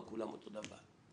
לא כולם אותו דבר,